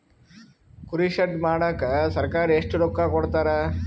ಕುರಿ ಶೆಡ್ ಮಾಡಕ ಸರ್ಕಾರ ಎಷ್ಟು ರೊಕ್ಕ ಕೊಡ್ತಾರ?